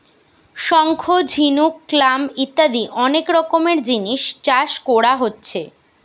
শঙ্খ, ঝিনুক, ক্ল্যাম ইত্যাদি অনেক রকমের জিনিস চাষ কোরা হচ্ছে